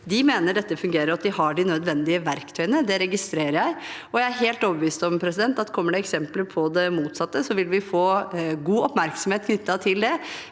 De mener dette fungerer, og at de har de nødvendige verktøyene. Det registrerer jeg, og jeg er helt overbevist om at kommer det eksempler på det motsatte, vil vi få god oppmerksomhet knyttet til det,